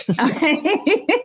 okay